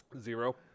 Zero